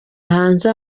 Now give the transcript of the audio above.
hanze